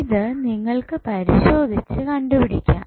ഇത് നിങ്ങൾക്ക് പരിശോധിച്ച് കണ്ടുപിടിക്കാം